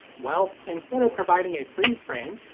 well, instead of providing a freeze-frame,